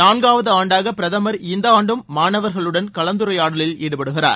நான்காவது ஆண்டாக பிரதமர் இந்த ஆண்டும் மாணவர்களுடன் கலந்துரையாடலில் ஈடுபடுகிறார்